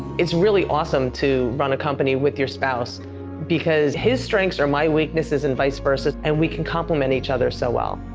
it's awesome to run a company with your spouse because his strengths are my weaknesses and vice versa, and we can complement each other so well.